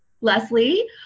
Leslie